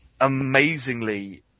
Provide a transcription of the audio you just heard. amazingly